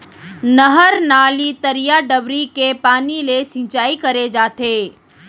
नहर, नाली, तरिया, डबरी के पानी ले सिंचाई करे जाथे